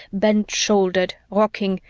bent-shouldered, rocking,